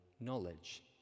knowledge